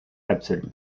absolue